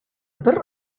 бер